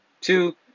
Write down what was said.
two